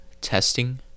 testing